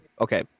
Okay